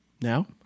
Now